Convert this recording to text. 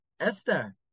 Esther